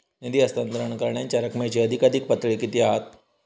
निधी हस्तांतरण करण्यांच्या रकमेची अधिकाधिक पातळी किती असात?